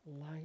light